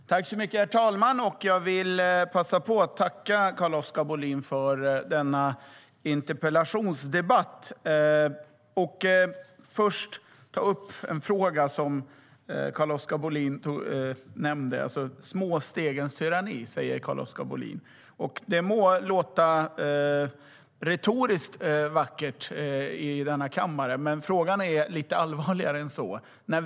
STYLEREF Kantrubrik \* MERGEFORMAT Svar på interpellationerDe små stegens tyranni, säger Carl-Oskar Bohlin. Det må låta retoriskt vackert i denna kammare, men frågan är lite allvarligare än så.